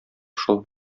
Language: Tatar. шул